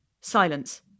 Silence